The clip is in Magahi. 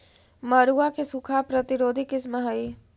मड़ुआ के सूखा प्रतिरोधी किस्म हई?